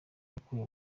yakuye